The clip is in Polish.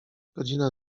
godzina